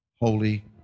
holy